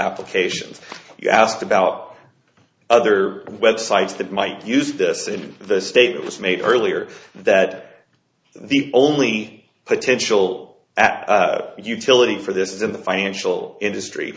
applications you ask about other websites that might use this and this statement was made earlier that the only potential utility for this is in the financial industry